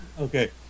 Okay